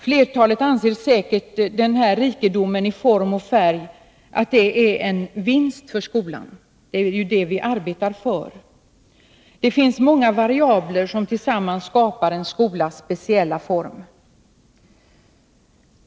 Flertalet anser säkert att denna rikedom i form och färg är en vinst för skolan — det är det vi arbetar för. Det finns många variabler som tillsammans skapar en skolas speciella form.